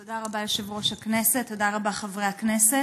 תודה רבה, יושב-ראש הכנסת, תודה רבה, חברי הכנסת.